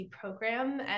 program